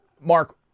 Mark